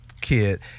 kid